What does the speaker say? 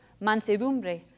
mansedumbre